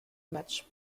matches